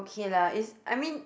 okay lah it's I mean